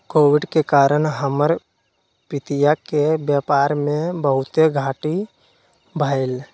Covid के कारण हमर पितिया के व्यापार में बहुते घाट्टी भेलइ